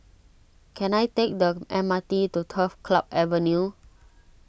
can I take the M R T to Turf Club Avenue